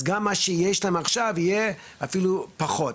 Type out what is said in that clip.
אז גם מה שיש להם עכשיו יהיה אפילו פחות.